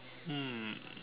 um